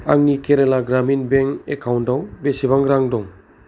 आंनि केराला ग्रामिन बेंक एकाउन्टाव बेसेबां रां दं